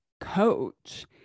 coach